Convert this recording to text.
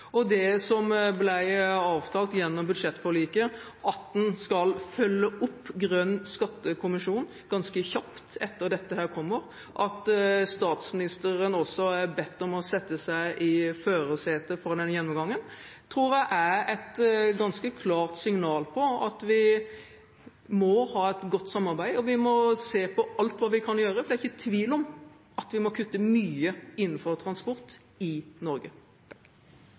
Det som ble avtalt gjennom budsjettforliket, at en skal følge opp Grønn skattekommisjon ganske kjapt etter at dette kommer, og at statsministeren også er bedt om å sette seg i førersetet for den gjennomgangen, tror jeg er et ganske klart signal på at vi må ha et godt samarbeid, og vi må se på alt vi kan gjøre, for det er ikke tvil om at vi må kutte mye innenfor transport i Norge.